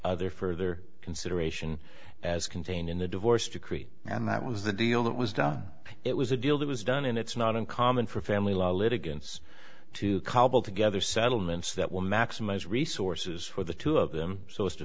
other further consideration as contained in the divorce decree and that was the deal that was done it was a deal that was done and it's not uncommon for family law litigants to cobble together settlements that will maximize resources for the two of them so as to